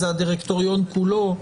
זה הדירקטוריון כולו.